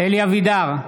אלי אבידר,